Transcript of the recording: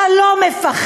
אתה לא מפחד?